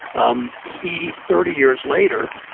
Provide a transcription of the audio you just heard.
um he thirty years later,